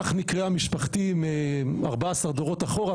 כך נקראה משפחתי 14 דורות אחורה,